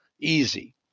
Easy